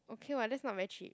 okay [what] that's not very cheap